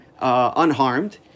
unharmed